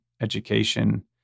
education